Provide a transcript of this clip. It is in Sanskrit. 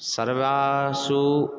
सर्वासु